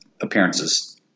appearances